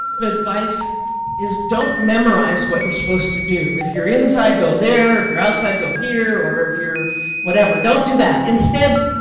advice is, don't memorize what you're supposed to do. if you're inside, go there, if you're outside, go here, or if you're whatever. don't do that. instead,